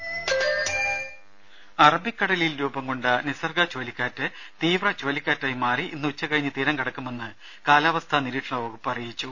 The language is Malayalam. രുര അറബിക്കടലിൽ രൂപം കൊണ്ട നിസർഗ ചുഴലിക്കാറ്റ് തീവ്ര ചുഴലിക്കാറ്റായി മാറി ഇന്ന് ഉച്ചകഴിഞ്ഞ തീരം കടക്കുമെന്ന് കാലാവസ്ഥാ നിരീക്ഷണ വകുപ്പ് അറിയിച്ചു